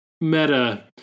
meta